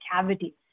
cavity